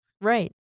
right